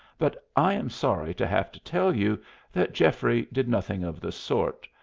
but i am sorry to have to tell you that geoffrey did nothing of the sort,